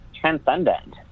transcendent